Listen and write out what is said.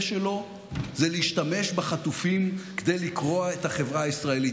שלו זה להשתמש בחטופים כדי לקרוע את החברה הישראלית.